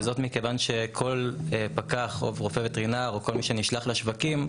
וזאת מכיוון שכל פקח או רופא וטרינר או כל מי שנשלח לשווקים,